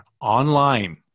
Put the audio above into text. online